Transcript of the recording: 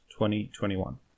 2021